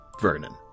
Vernon